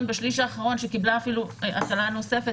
בשליש האחרון שקיבלה אפילו הקלה נוספת